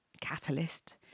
catalyst